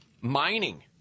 mining